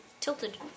tilted